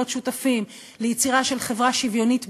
שותפים ליצירה של חברה שוויונית באמת: